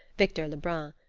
victor lebrun.